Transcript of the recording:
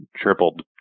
tripled